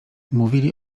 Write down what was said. mówili